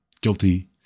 guilty